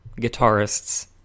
guitarists